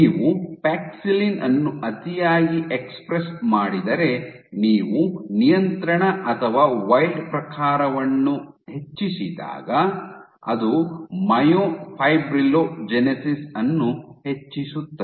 ನೀವು ಪ್ಯಾಕ್ಸಿಲಿನ್ ಅನ್ನು ಅತಿಯಾಗಿ ಎಕ್ಸ್ಪ್ರೆಸ್ ಮಾಡಿದರೆ ನೀವು ನಿಯಂತ್ರಣ ಅಥವಾ ವೈಲ್ಡ್ ಪ್ರಕಾರವನ್ನು ಹೆಚ್ಚಿಸಿದಾಗ ಅದು ಮೈಯೋಫಿಬ್ರಿಲೊಜೆನೆಸಿಸ್ ಅನ್ನು ಹೆಚ್ಚಿಸುತ್ತದೆ